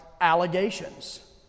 allegations